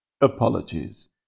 Apologies